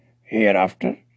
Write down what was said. hereafter